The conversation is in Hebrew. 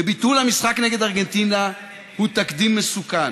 ביטול המשחק נגד ארגנטינה הוא תקדים מסוכן.